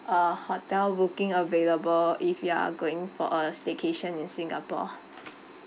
uh hotel booking available if you are going for a staycation in singapore